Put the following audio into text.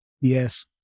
yes